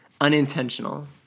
Unintentional